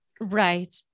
Right